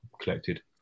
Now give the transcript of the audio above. collected